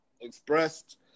expressed